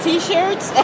t-shirts